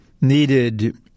needed